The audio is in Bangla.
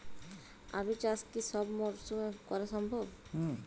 আলু চাষ কি সব মরশুমে করা সম্ভব?